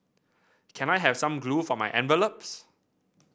can I have some glue for my envelopes